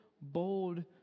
bold